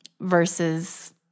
versus